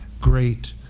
great